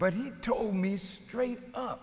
but he told me straight